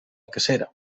cacera